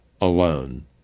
alone